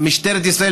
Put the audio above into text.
משטרת ישראל,